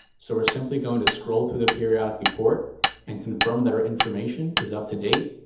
so we're simply going to scroll through the periodic report and confirm that our information is up-to-date,